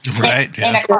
Right